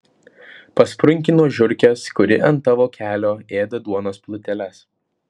pasprunki nuo žiurkės kuri ant tavo kelio ėda duonos pluteles